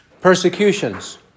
persecutions